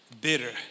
bitter